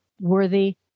worthy